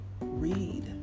read